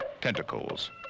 Tentacles